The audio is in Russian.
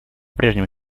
прежнему